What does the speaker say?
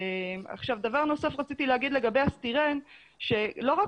רציתי לומר דבר נוסף לגבי הסטירן והוא שלא רק